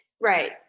right